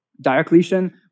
Diocletian